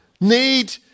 need